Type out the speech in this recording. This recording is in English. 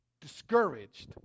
discouraged